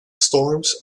storms